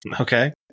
Okay